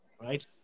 right